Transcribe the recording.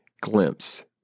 glimpse